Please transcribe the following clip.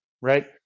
right